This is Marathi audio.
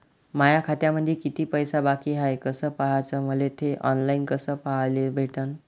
माया खात्यामंधी किती पैसा बाकी हाय कस पाह्याच, मले थे ऑनलाईन कस पाह्याले भेटन?